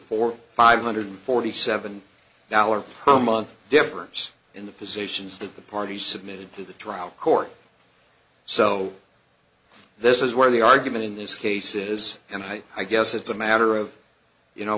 four five hundred forty seven dollars per month difference in the positions that the party submitted to the trial court so this is where the argument in this case is and i i guess it's a matter of you know